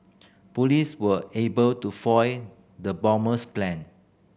police were able to foil the bomber's plan